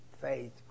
faith